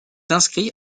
inscrit